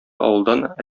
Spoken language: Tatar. авылдан